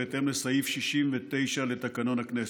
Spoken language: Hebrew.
בהתאם לסעיף 69 לתקנון הכנסת.